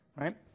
right